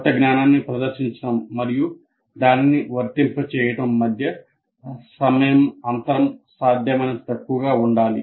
క్రొత్త జ్ఞానాన్ని ప్రదర్శించడం మరియు దానిని వర్తింపజేయడం మధ్య సమయం అంతరం సాధ్యమైనంత తక్కువగా ఉండాలి